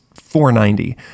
490